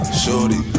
shorty